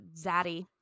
zaddy